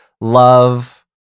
love